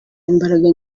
imbaraga